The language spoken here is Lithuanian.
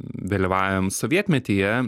vėlyvajam sovietmetyje